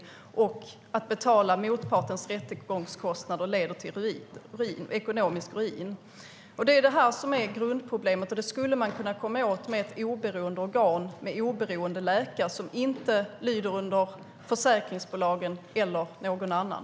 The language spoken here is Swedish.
Att dessutom behöva betala motpartens rättegångskostnader leder till ekonomisk ruin. Det är det här som är grundproblemet. Man skulle kunna komma åt det genom ett oberoende organ med oberoende läkare som inte lyder under försäkringsbolagen eller någon annan.